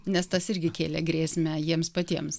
nes tas irgi kėlė grėsmę jiems patiems